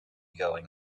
going